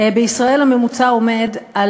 בישראל הממוצע עומד על